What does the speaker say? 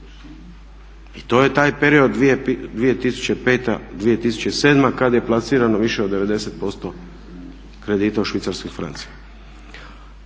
I to je taj period 2005., 2007. kad je plasirano više od 90% kredita u švicarskim francima.